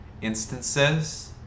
instances